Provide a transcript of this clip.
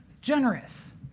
generous